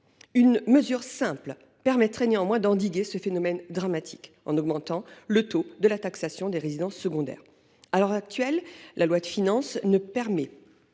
Une mesure simple permettrait néanmoins d’endiguer ce phénomène dramatique. C’est celle qui consiste à augmenter le taux de taxation des résidences secondaires. À l’heure actuelle, la loi de finances ne permet